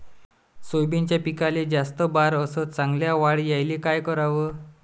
सोयाबीनच्या पिकाले जास्त बार अस चांगल्या वाढ यायले का कराव?